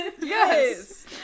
yes